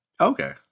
okay